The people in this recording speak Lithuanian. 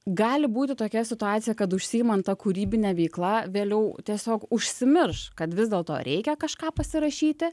gali būti tokia situacija kad užsiimant kūrybine veikla vėliau tiesiog užsimirš kad vis dėlto reikia kažką pasirašyti